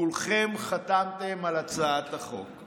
כולכם חתמתם על הצעת החוק.